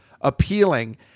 appealing